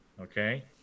okay